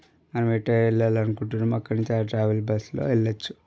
మనం ఎటు వెళ్లాలి అనుకుంటున్నామో అక్కడకి ఆ ట్రావెల్ బస్సులో వెళ్లవచ్చు